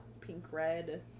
pink-red